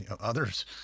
others